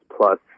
plus